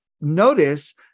notice